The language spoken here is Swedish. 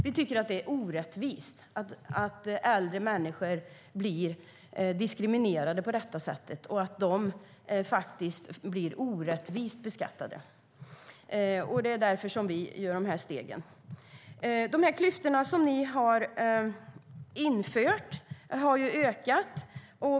Vi tycker att äldre människor blir orättvist beskattade och diskriminerade på detta sätt. Det är därför som vi vill ta dessa steg. De klyftor som ni har åstadkommit har ju ökat.